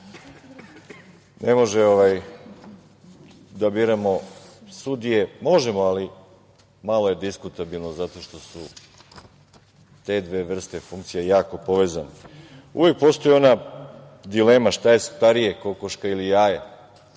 Ne možemo da biramo sudije, možemo, ali malo je diskutabilno zato što su te dve vrste funkcija jako povezane. Uvek postoji ona dilema šta je starije kokoška ili jaje.